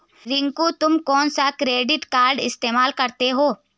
रिंकू तुम कौन सा क्रेडिट कार्ड इस्तमाल करते हो?